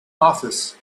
office